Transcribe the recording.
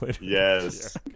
Yes